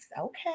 Okay